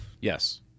Yes